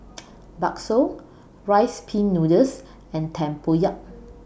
Bakso Rice Pin Noodles and Tempoyak